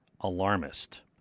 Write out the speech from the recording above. alarmist